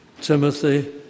Timothy